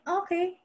okay